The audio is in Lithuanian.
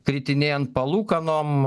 kritinėjant palūkanom